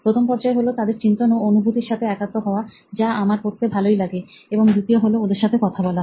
প্রথম পর্যায় হলো তাদের চিন্তন ও অনুভূতির সাথে একাত্ম হওয়া যা আমার করতে ভালোই লাগে এবং দ্বিতীয় হলো ওদের সাথে কথা বলা